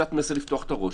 שקצת מנסה לפתוח פה את הראש